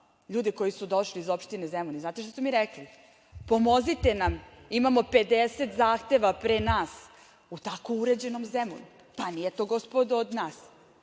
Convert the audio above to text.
ljude koji su došli iz opštine Zemun. Znate šta su mi rekli? Pomozite nam, imamo 50 zahteva pre nas, u tako uređenom Zemunu. Pa nije to gospodo od nas.